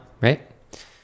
right